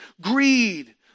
greed